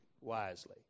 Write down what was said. wisely